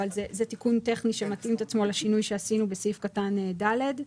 אבל זה תיקון טכני שמתאים את עצמו לשינוי שעשינו בסעיף קטן (ד).